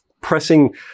pressing